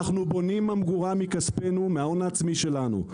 אנו בונים ממגורה מכספנו, מההון העצמי שלנו.